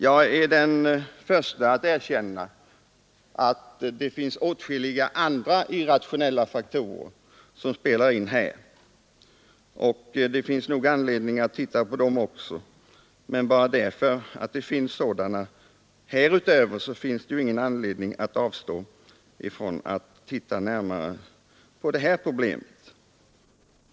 Jag är det förste att erkänna att det finns åtskilliga andra irrationella faktorer som också spelar in, och det finns nog anledning att titta på dem också. Men bara för att så är fallet finns det ingen anledning att avstå från att nu se närmare på just skatteavsnittet.